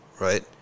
right